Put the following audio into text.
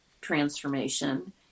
transformation